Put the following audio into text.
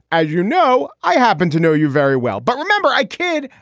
as you know, i happen to know you very well. but remember, i. kid,